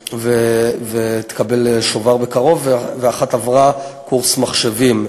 ותקבל שובר בקרוב ואחת עברה קורס מחשבים.